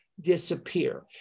disappear